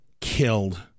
killed